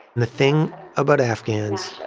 the thing about afghans